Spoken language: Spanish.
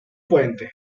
fuente